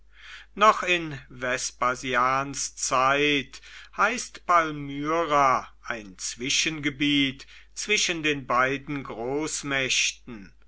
noch in vespasians zeit heißt palmyra ein zwischengebiet zwischen den beiden großmächten